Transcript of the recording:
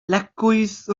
lecwydd